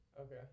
Okay